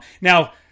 Now